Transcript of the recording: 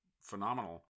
phenomenal